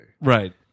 right